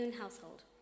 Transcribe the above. household